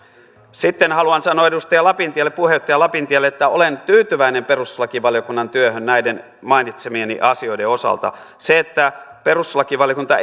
sitten haluan sanoa edustaja lapintielle puheenjohtaja lapintielle että olen tyytyväinen perustuslakivaliokunnan työhön näiden mainitsemieni asioiden osalta se että perustuslakivaliokunta